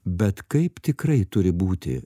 bet kaip tikrai turi būti